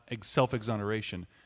Self-exoneration